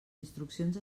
instruccions